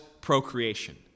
procreation